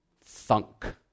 Thunk